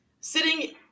Sitting